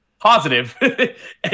positive